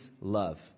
love